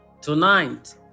Tonight